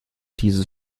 dieses